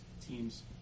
teams